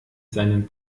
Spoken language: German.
seinen